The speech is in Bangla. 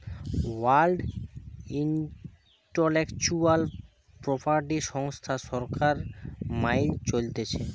ওয়ার্ল্ড ইন্টেলেকচুয়াল প্রপার্টি সংস্থা সরকার মাইল চলতিছে